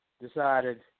decided